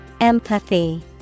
Empathy